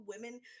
women